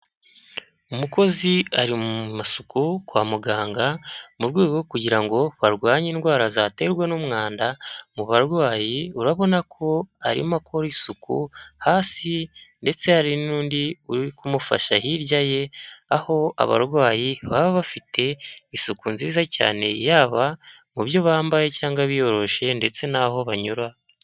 Umukozi ari mu masuku kwa muganga mu rwego rwo kugira ngo barwanye indwara zaterwa n'umwanda mu barwayi, urabona ko arimo akora isuku hasi ndetse hari n'undi uri kumufasha hirya ye aho abarwayi baba bafite isuku nziza cyane, yaba mubyo bambaye cyangwa biyoroshe ndetse naho banyura.